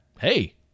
Hey